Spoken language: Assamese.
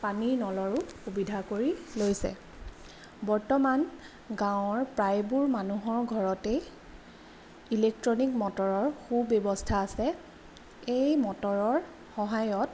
পানীৰ নলৰো সুবিধা কৰি লৈছে বৰ্তমান গাঁৱৰ প্ৰায়বোৰ মানুহৰ ঘৰতেই ইলেক্ট্ৰণিক মটৰৰ সু ব্যৱস্থা আছে এই মটৰৰ সহায়ত